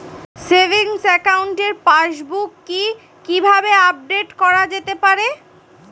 Savings একাউন্টের passbook কি কিভাবে আপডেট করা যেতে পারে?